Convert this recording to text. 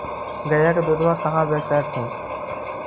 गईया के दूधबा कहा बेच हखिन?